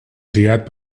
triat